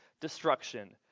destruction